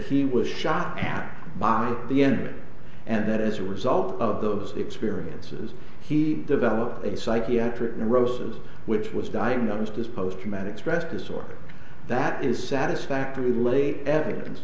he was shot down by the enemy and that as a result of those experiences he developed a psychiatric neurosis which was diagnosed as post traumatic stress disorder that is satisfactory late evidence